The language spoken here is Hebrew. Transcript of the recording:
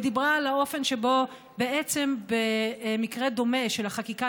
ודיברה על האופן שבו בעצם במקרה דומה של החקיקה